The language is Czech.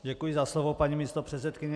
Děkuji za slovo, paní místopředsedkyně.